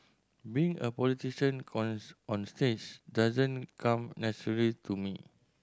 being a politician cons onstage doesn't come naturally to me